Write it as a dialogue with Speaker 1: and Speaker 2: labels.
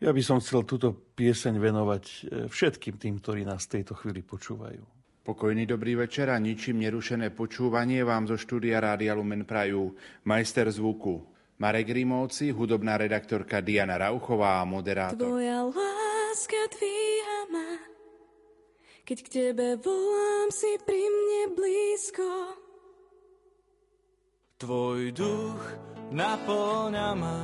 Speaker 1: Ja by som chcel túto pieseň venovať, e, všetkým tým, ktorí nás v tejto chvíli počúvajú.
Speaker 2: Pokojný dobrý večer a ničím nerušené počúvanie vám zo štúdia Rádia Lumen prajú majster zvuku Marek Grimovci, hudobná redaktorka Diana Rauchová a moderátor.
Speaker 3: Tvoja láska dvíha ma. Keď k tebe volám, si pri mne blízko.
Speaker 4: Tvoj duch napĺňa ma.